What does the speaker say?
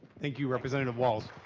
thank you representative walz.